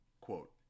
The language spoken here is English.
Quote